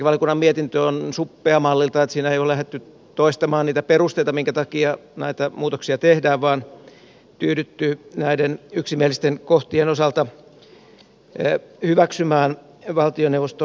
perustuslakivaliokunnan mietintö on suppea malliltaan siinä ei ole lähdetty toistamaan niitä perusteita minkä takia näitä muutoksia tehdään vaan on tyydytty näiden yksimielisten kohtien osalta hyväksymään valtioneuvoston esitys